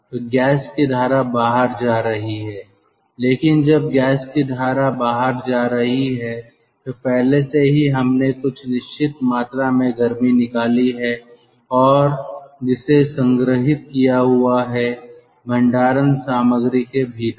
तो गैस की धारा बाहर जा रही है लेकिन जब गैस की धारा बाहर जा रही है तो पहले से ही हमने कुछ निश्चित मात्रा में गर्मी निकाली है और जिसे संग्रहित किया हुआ है भंडारण सामग्री के भीतर